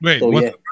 Wait